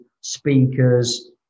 speakers